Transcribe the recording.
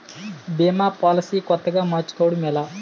భీమా policy కొత్తగా మార్చుకోవడం ఎలా?